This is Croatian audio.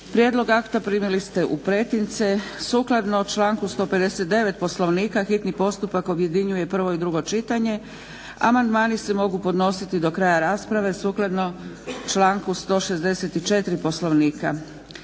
Prijedlog akta primili ste u pretince. Sukladno članku 159. Poslovnika hitni postupak objedinjuje prvo i drugo čitanje. Amandmani se mogu podnositi do kraja rasprave sukladno članku 164. Poslovnika.